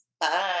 Bye